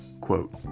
Quote